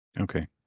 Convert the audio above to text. Okay